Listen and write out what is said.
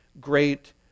great